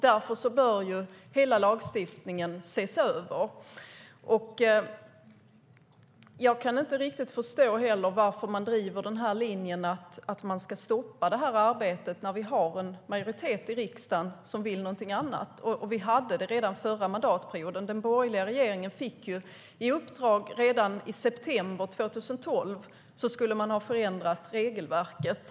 Därför bör hela lagstiftningen ses över. Jag kan inte riktigt förstå varför man driver linjen att man ska stoppa det här arbetet när vi har en majoritet i riksdagen som vill någonting annat. Vi hade det redan förra mandatperioden. Den borgerliga regeringen fick ett uppdrag - redan i september 2012 skulle man ha förändrat regelverket.